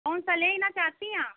कौन सा लेना चाहती हैं आप